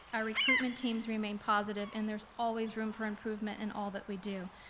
our recruitment teams remain positive, and there's always room for improvement and all that we do,